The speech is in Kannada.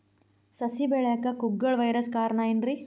ಸಸಿ ಬೆಳೆಯಾಕ ಕುಗ್ಗಳ ವೈರಸ್ ಕಾರಣ ಏನ್ರಿ?